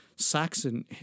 Saxon